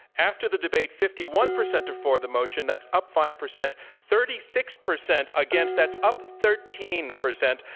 after the debate, fifty one percent are for the motion, that's up five percent, thirty six percent against, that's up thirteen percent,